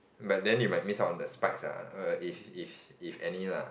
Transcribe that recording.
but then you might miss out on the spice lah if if if any lah